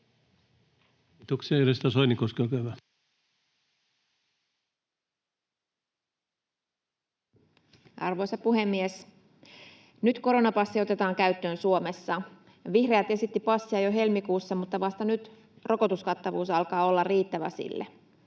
Arvoisa puhemies! Nyt koronapassi otetaan käyttöön Suomessa. Vihreät esittivät passia jo helmikuussa, mutta vasta nyt rokotuskattavuus alkaa olla sille